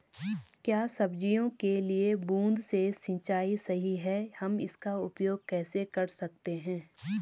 क्या सब्जियों के लिए बूँद से सिंचाई सही है हम इसका उपयोग कैसे कर सकते हैं?